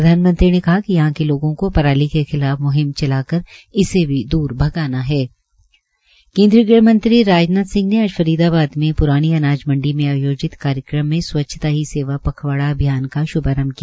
प्रधानमंत्री ने कहा कि यहां के लोगों को पराली के खिलाफ म्हिम चलाकर इसे भी द्र भगाना केन्द्रीय गृह मंत्री राजनाथ सिंह ने आज फरीदाबाद में प्रानी अनाज मंडी में आयोजित कार्यक्रम में स्वच्छता ही सेवा पखवाड़ा अभियान का श्भारंभ किया